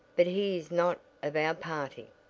but he is not of our party.